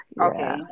Okay